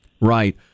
right